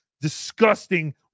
disgusting